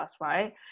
right